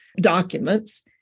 documents